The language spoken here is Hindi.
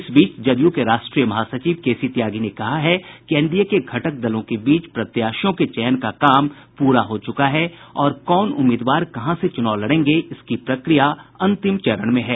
इस बीच जदयू के राष्ट्रीय महासचिव केसी त्यागी ने कहा है कि एनडीए के घटक दलों के बीच प्रत्याशियों के चयन का काम प्ररा हो चुका है और कौन उम्मीदवार कहां से चूनाव लड़ेंगे इसकी प्रक्रिया अंतिम चरण में है